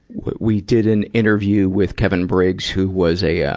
we did an interview with kevin briggs, who was a, um,